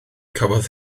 cafodd